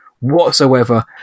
whatsoever